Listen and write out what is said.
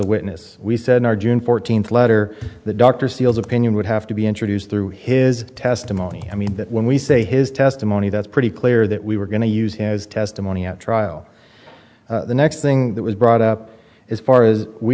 a witness we said our june fourteenth letter the dr seals opinion would have to be introduced through his testimony i mean that when we say his testimony that's pretty clear that we were going to use his testimony at trial the next thing that was brought up as far as we